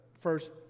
first